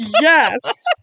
Yes